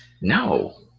No